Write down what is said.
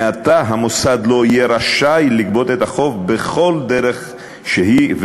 מעתה המוסד לא יהיה רשאי לגבות את החוב בכל דרך שהיא,